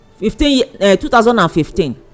2015